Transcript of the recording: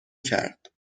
کرد